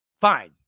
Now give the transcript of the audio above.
fine